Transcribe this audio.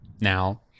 now